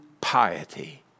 piety